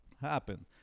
happen